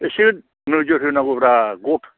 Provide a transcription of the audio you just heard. एसे नोजोर होनांगौब्रा गथा